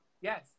yes